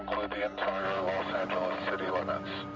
entire los angeles city ah and